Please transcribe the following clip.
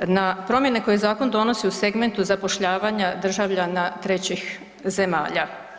na promjene koje zakon donosi u segmentu zapošljavanja državljana trećih zemalja.